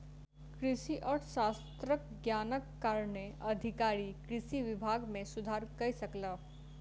कृषि अर्थशास्त्रक ज्ञानक कारणेँ अधिकारी कृषि विभाग मे सुधार कय सकला